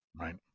Right